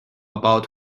about